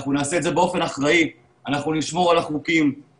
נעשה את זה באופן אחראי ונשמור על החוקים,